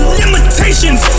limitations